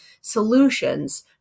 solutions